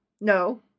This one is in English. No